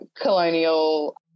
colonial